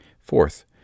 Fourth